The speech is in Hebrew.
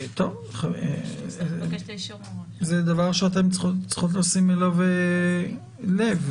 זה דבר שאתן צריכות לשים אליו לב.